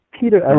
Peter